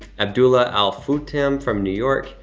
abdullah al futim from new york.